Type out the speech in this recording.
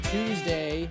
Tuesday